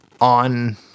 on